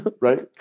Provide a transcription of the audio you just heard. Right